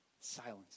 Silence